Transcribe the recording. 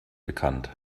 bekannt